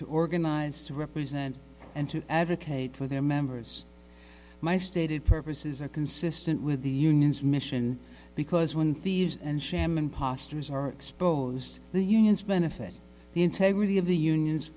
to organize to represent and to advocate for their members my stated purposes are consistent with the union's mission because when thieves and sham imposters are exposed the unions benefit the integrity of the unions